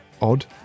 odd